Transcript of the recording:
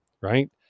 right